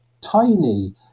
tiny